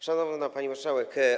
Szanowna Pani Marszałek!